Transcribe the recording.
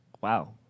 Wow